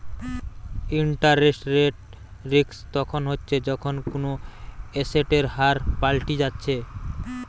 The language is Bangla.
ইন্টারেস্ট রেট রিস্ক তখন হচ্ছে যখন কুনো এসেটের হার পাল্টি যাচ্ছে